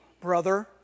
brother